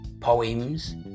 Poems